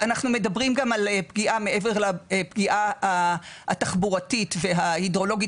אנחנו מדברים גם על פגיעה מעבר לפגיעה התחבורתית וההידרולוגית,